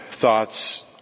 thoughts